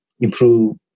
improve